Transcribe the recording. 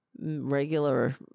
regular